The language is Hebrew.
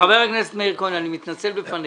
חבר הכנסת מאיר כהן, אני מתנצל בפניך.